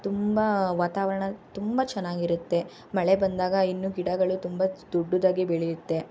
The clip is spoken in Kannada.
ತುಂಬ ವಾತಾವರಣ ತುಂಬ ಚೆನ್ನಾಗಿರುತ್ತೆ ಮಳೆ ಬಂದಾಗ ಇನ್ನೂ ಗಿಡಗಳು ತುಂಬ ದೊಡ್ಡದಾಗಿ ಬೆಳೆಯುತ್ತೆ